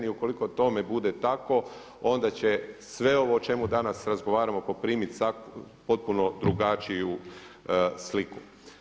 I ukoliko tome bude tako onda će sve ovo o čemu danas razgovaramo poprimit potpuno drugačiju sliku.